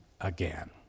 again